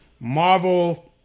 Marvel